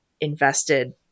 invested